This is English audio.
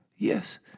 Yes